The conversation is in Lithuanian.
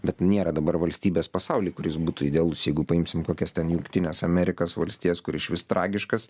bet nėra dabar valstybės pasauly kuris būtų idealus jeigu paimsime kokias ten jungtines amerikos valstijas kur išvis tragiškas